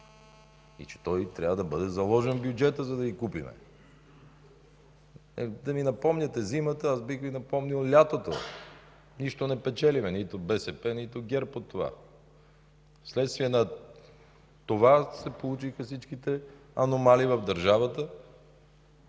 и че трябва да бъде заложен в бюджета, за да го купим. Като ми напомняте зимата, аз бих Ви напомнил лятото. Нищо не печелим – нито БСП, нито ГЕРБ от това. Вследствие на това се получиха всичките аномалии в държавата